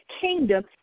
kingdom